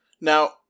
Now